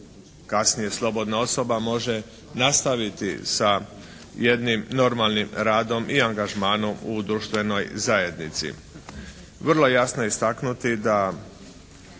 kasnije slobodna osoba može nastaviti sa jednim normalnim radom i angažmanom u društvenoj zajednici. Vrlo jasno je istaknuti da